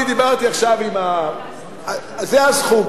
זה הסכום,